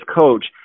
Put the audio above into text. coach